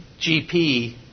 GP